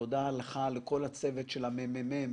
תודה לכל הצוות של המ.מ.מ.